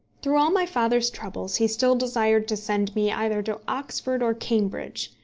through all my father's troubles he still desired to send me either to oxford or cambridge.